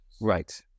Right